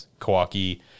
Kawaki